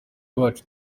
bacu